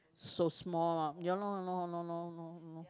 so small ya loh !han nor! !han nor! !han nor! !han nor!